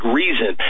reason